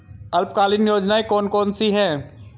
अल्पकालीन योजनाएं कौन कौन सी हैं?